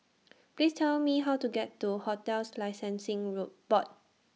Please Tell Me How to get to hotels Licensing Road Board